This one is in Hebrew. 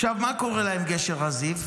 עכשיו, מה קורה עם גשר הזיו?